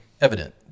evident